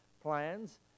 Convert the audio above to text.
plans